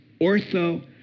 ortho